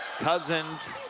cousins,